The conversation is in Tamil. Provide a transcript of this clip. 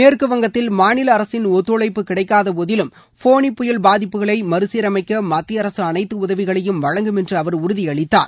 மேற்குவங்கத்தில் மாநில அரசின் ஒத்துழைப்பு கிடைக்காதபோதிலும் ஃபோனி புயல் பாதிப்புகளை மறுசீரமைக்க மத்திய அரசு அனைத்து உதவிகளையும் வழங்கும் என்று அவர் உறுதியளித்தார்